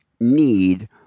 need